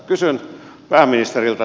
kysyn pääministeriltä